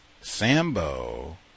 Sambo